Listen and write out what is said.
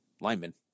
linemen